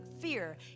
fear